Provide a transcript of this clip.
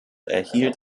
erhielt